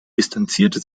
distanzierte